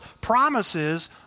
promises